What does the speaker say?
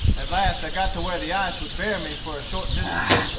at last i got to where the ice would bear me for a short distance,